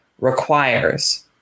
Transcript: requires